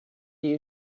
you